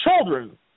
children